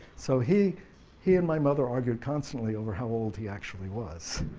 so he he and my mother argued constantly over how old he actually was.